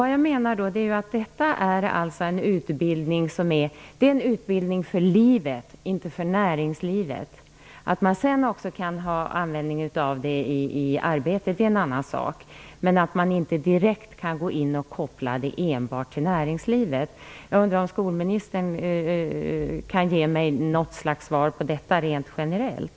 Detta är en utbildning för livet, inte för näringslivet. Att man sedan även kan ha användning av den i arbetet är en annan sak. Men man kan inte direkt gå in och koppla den till näringslivet.